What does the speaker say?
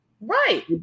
right